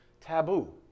taboo